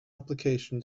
application